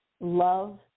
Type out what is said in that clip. Love